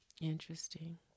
Interesting